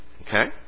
Okay